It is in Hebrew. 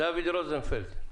דוד רוזנפלד,